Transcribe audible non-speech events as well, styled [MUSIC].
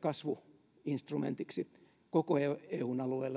kasvuinstrumentiksi koko eun alueella [UNINTELLIGIBLE]